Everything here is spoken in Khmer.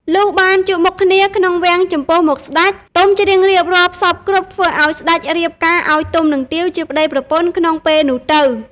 លុះបានជួបមុខគ្នាក្នុងវាំងចំពោះមុខសេ្តច ទុំច្រៀងរៀបរាប់សព្វគ្រប់ធ្វើឲ្យសេ្តចរៀបការឲ្យទុំនឹងទាវជាប្តីប្រពន្ធក្នុងពេលនោះទៅ ។